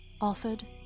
offered